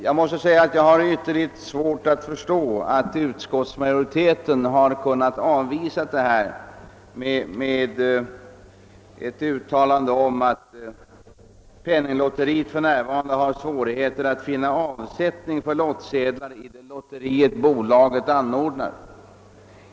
Jag har ytterst svårt att förstå att utskottsmajoriteten kunnat avvisa förslaget med motiveringen att penninglotteriet för närvarande har svårigheter att finna avsättning för lottsedlar i det lotteri bolaget nu anordnar.